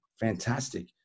Fantastic